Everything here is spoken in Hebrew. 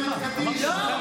הקשר?